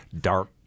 dark